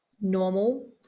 normal